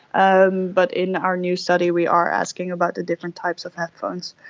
um but in our new study we are asking about the different types of headphones.